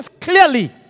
clearly